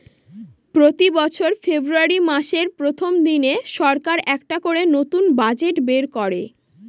প্রতি বছর ফেব্রুয়ারী মাসের প্রথম দিনে সরকার একটা করে নতুন বাজেট বের করে